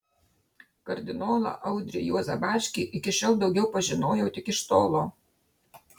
kardinolą audrį juozą bačkį iki šiol daugiau pažinojau tik iš tolo